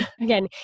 Again